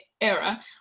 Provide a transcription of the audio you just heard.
era